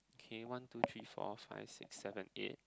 okay one two three four five six seven eight